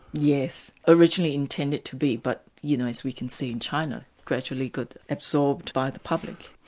yes, originally intended to be, but you know, as we can see in china, gradually got absorbed by the public.